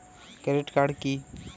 Credit card কি?